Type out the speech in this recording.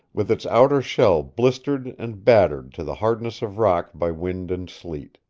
with its outer shell blistered and battered to the hardness of rock by wind and sleet.